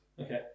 Okay